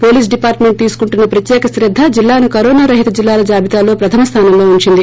police department తీసుకుంటున్న ప్రత్యేక క్రద్ద జిల్లాను కరోనా రహిత జిల్లాల జాబితాలో ప్రధమ స్లానంలో ఉంచింది